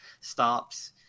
stops